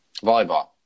Volleyball